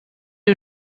you